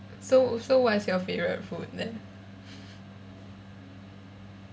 so so what is your favourite food then